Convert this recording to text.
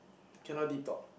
cannot detox